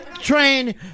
train